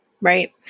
right